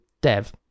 dev